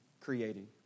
creating